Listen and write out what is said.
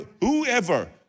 whoever